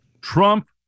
Trump